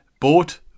Bought